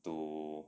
to